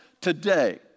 Today